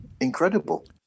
incredible